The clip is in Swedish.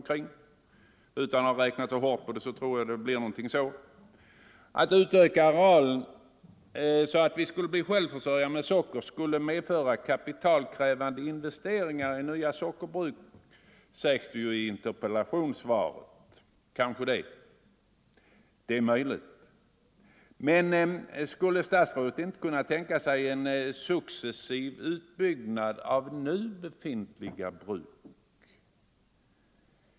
Utan att ha räknat för hårt på det tror jag att det blir så. Att utöka arealen så att vi skulle bli självförsörjande med socker skulle medföra kapitalkrävande investeringar i nya sockerbruk, sägs det i interpellationssvaret. Det är möjligt. Men skulle inte statsrådet kunna tänka sig en successiv utbyggnad av nu befintliga bruk?